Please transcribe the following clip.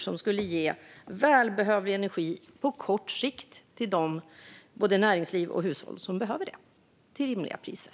Det skulle ge behövlig energi på kort sikt till både näringsliv och hushåll som behöver det - till rimliga priser.